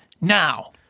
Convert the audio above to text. now